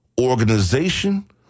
organization